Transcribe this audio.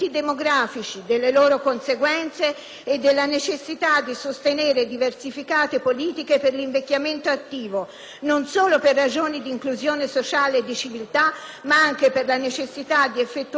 di sostenere diversificate politiche per l'invecchiamento attivo: non solo per ragioni di inclusione sociale e di civiltà ma per la necessità di effettuare adeguati investimenti per evitare, nel prossimo futuro,